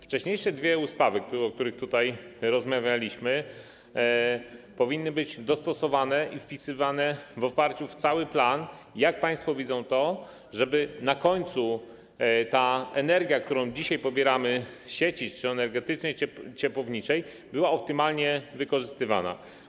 Wcześniejsze dwie ustawy, o których tutaj rozmawialiśmy, powinny być dostosowane i wpisane w cały plan, jak państwo to widzą, żeby na końcu ta energia, którą dzisiaj pobieramy z sieci, czy to energetycznej, czy to ciepłowniczej, była optymalnie wykorzystywana.